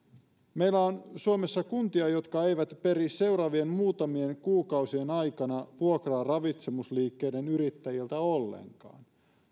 meillä on suomessa kuntia jotka eivät peri seuraavien muutamien kuukausien aikana vuokraa ravitsemusliikkeiden yrittäjiltä ollenkaan